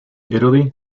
italy